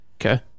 Okay